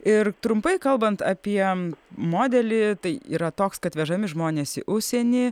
ir trumpai kalbant apie modelį tai yra toks kad vežami žmonės į užsienį